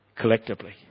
Collectively